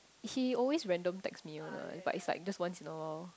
he always random text me one what it's like it's like just once in awhile